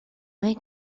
may